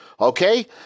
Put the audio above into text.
okay